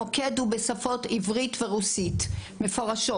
המוקד הוא בעברית ורוסית, מפורשות.